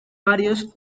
varios